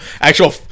actual